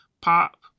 Pop